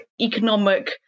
economic